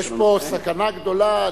יש פה סכנה גדולה.